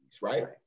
right